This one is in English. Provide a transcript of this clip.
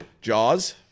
Jaws